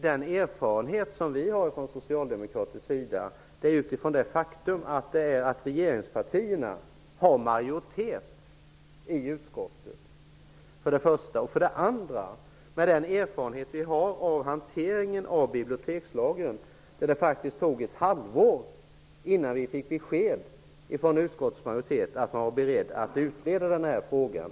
De erfarenheter som vi socialdemokrater har i detta sammanhang bygger på följande: För det första är det regeringspartierna som har majoritet i utskottet. För det andra gäller det bibliotekslagen. Det tog faktiskt ett halvår innan vi fick besked från utskottets majoritet om att man var beredd att utreda frågan.